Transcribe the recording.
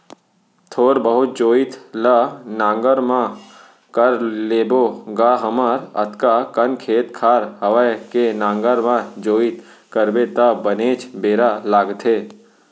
थोर बहुत जोइत ल नांगर म कर लेबो गा हमर अतका कन खेत खार हवय के नांगर म जोइत करबे त बनेच बेरा लागथे